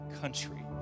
country